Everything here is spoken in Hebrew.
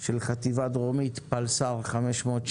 של חטיבה דרומית פלס"ר 519,